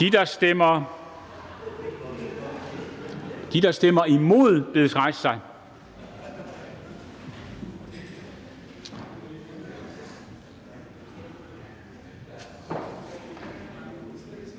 De, der stemmer imod, bedes rejse sig.